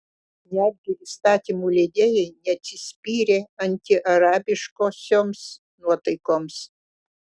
netgi įstatymų leidėjai neatsispyrė antiarabiškosioms nuotaikoms